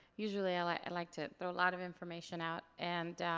usually i like i like to throw a lot of information out and